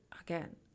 again